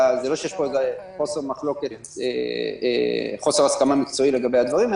זה לא שיש פה חוסר הסכמה מקצועית לגבי הדברים,